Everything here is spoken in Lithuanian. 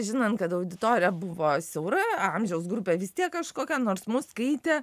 žinant kad auditorija buvo siaura amžiaus grupė vis tiek kažkokia nors mus skaitė